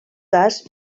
gas